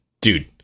Dude